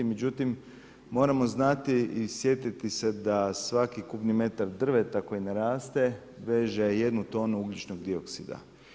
Međutim, moramo znati i sjetiti se da svaki kubni metar drveta koji naraste veže jednu tonu ugljičnog dioksida.